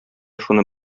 шуны